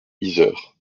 yzeure